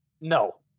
No